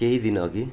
केही दिन अघि